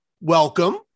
welcome